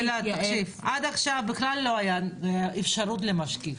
תקשיבי, עד עכשיו בכלל לא הייתה אפשרות למשקיף.